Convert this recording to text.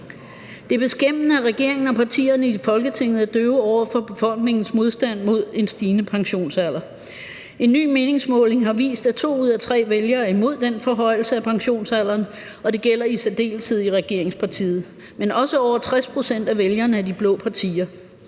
Det er beskæmmende, at regeringen og partierne i Folketinget er døve over for befolkningens modstand mod en stigende pensionsalder. En ny meningsmåling har vist, at to ud af tre vælgere er imod den forhøjelse af pensionsalderen, og det gælder i særdeleshed i regeringspartiet – men også over 60 pct. af vælgerne af de blå partier.